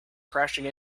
crashing